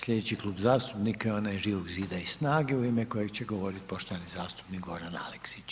Sljedeći Klub zastupnika je onaj Živog zida i snage u ime kojeg će govoriti poštovani zastupnik Goran Aleksić.